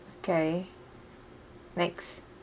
okay next